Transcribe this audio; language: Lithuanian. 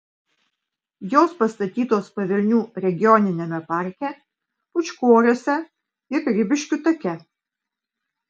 jos pastatytos pavilnių regioniniame parke pūčkoriuose ir ribiškių take